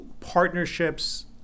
Partnerships